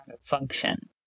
function